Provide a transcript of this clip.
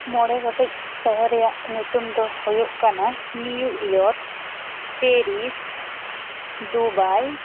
ᱢᱚᱬᱮ ᱜᱚᱴᱮᱡ ᱥᱚᱦᱚᱨ ᱨᱮᱭᱟᱜ ᱧᱩᱛᱩᱢ ᱫᱚ ᱦᱩᱭᱩᱜ ᱠᱟᱱᱟ ᱱᱤᱭᱩᱭᱚᱨᱠ ᱯᱮᱨᱤᱥ ᱫᱩᱵᱟᱭ